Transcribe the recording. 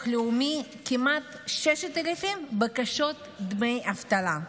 הלאומי כמעט 6,000 בקשות לדמי אבטלה,